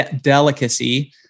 delicacy